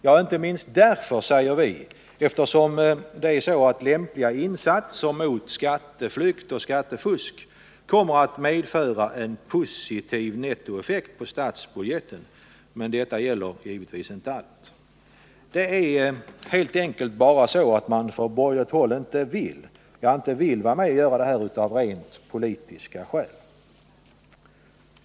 Ja, inte minst därför, säger vi, eftersom lämpliga insatser mot skatteflykt och skattefusk kommer att medföra en positiv nettoeffekt på statsbudgeten. Men detta gäller givetvis inte allt. Det är helt enkelt så att man från borgerligt håll bara inte vill vara med om detta av rent politiska skäl.